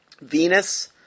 Venus